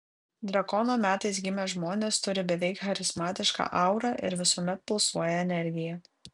drakono metais gimę žmonės turi beveik charizmatišką aurą ir visuomet pulsuoja energija